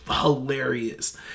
hilarious